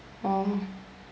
oh